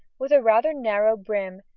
with a rather narrow brim,